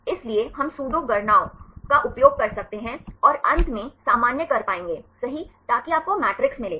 इसलिए हम सूडो गणनाओं का उपयोग कर सकते हैं और अंत में सामान्य कर पाएंगे सही ताकि आपको मैट्रिक्स मिलेगा